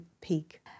peak